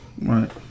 Right